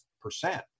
percent